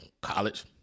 college